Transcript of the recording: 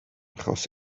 achos